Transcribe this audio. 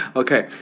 okay